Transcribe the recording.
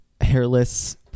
hairless